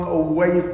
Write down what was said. away